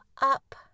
up